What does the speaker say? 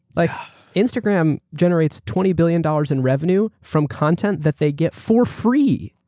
like instagram generates twenty billion dollars in revenue from content that they get for free.